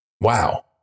wow